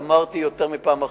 אמרתי יותר מפעם אחת,